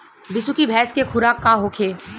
बिसुखी भैंस के खुराक का होखे?